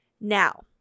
Now